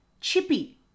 Chippy